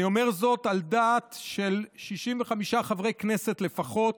אני אומר זאת על דעת 65 חברי כנסת לפחות,